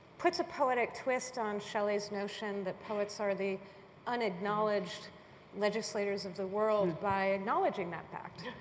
puts a poetic twist on shelley's notion that poets are the unacknowledged legislators of the world by acknowledging that fact.